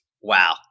Wow